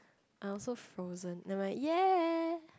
I also frozen never mind ya